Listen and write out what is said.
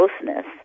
closeness